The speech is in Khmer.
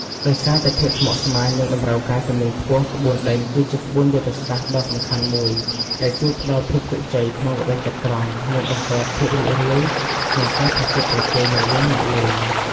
ដោយសារតែភាពស្មុគស្មាញ និងតម្រូវការជំនាញខ្ពស់ ក្បួនដេញគឺជាក្បួនយុទ្ធសាស្ត្រដ៏សំខាន់មួយ ដែលជួយផ្តល់ភាពជោគជ័យក្នុងល្បែងចត្រង្គ និងបង្កើតភាពរីករាយក្នុងការប្រកួតប្រជែងរវាងអ្នកលេង។